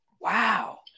Wow